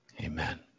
Amen